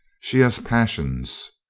she has passions.